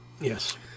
Yes